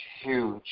huge